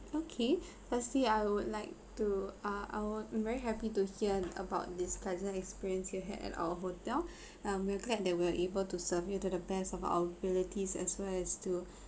okay firstly I would like to uh I wou~ am very happy to hear about this pleasant experience you had at our hotel um we are glad that we're able to serve you to the best of our abilities as well as to